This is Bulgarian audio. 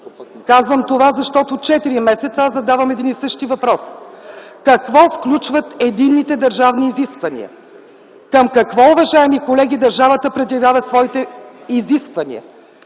Казвам това, защото четири месеца аз задавам един и същи въпрос: какво включват единните държавни изисквания? Към какво, уважаеми колеги, държавата предявява своите изисквания